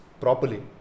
properly